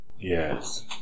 Yes